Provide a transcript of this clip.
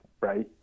right